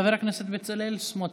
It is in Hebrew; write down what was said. חבר הכנסת בצלאל סמוטריץ',